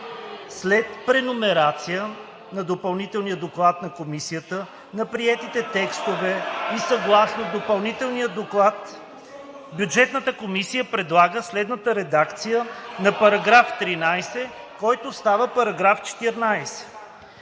след преномерация на допълнителния доклад на Комисията на приетите текстове и съгласно допълнителния доклад, Бюджетната комисия предлага следната редакция на § 13, който става § 14.